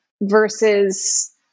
versus